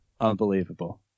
Unbelievable